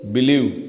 Believe